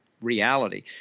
reality